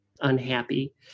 unhappy